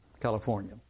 California